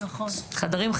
חדרים,